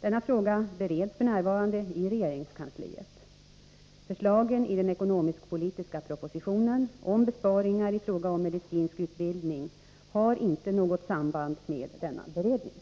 Denna fråga bereds f. n. i regeringskansliet. Förslagen i den ekonomisk-politiska propositionen om besparingar i fråga om medicinsk utbildning har inte något samband med Nr 35 denna beredning.